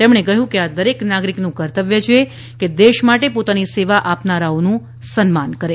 તેમણે કહયું કે આ દરેક નાગરીકનું કર્તવ્ય છે કે દેશ માટે પોતાની સેવા આપનારાઓનું સન્માન કરે